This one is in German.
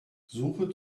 suche